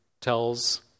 tells